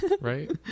right